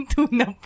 Tuna